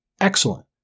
Excellent